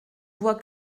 voix